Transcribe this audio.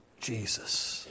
Jesus